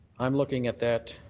i'm looking at that